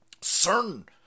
certain